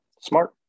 Smart